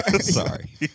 Sorry